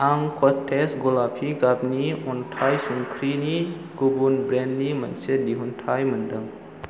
आं केत्च गलापि गाबनि अन्थाइ संख्रिनि गुबुन ब्रेन्डनि मोनसे दिहुनथाइ मोनदों